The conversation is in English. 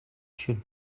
should